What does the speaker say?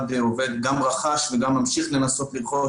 גם רכש וגם ממשיך לנסות לרכוש,